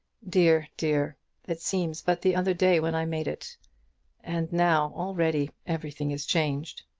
dear, dear it seems but the other day when i made it and now, already, everything is changed.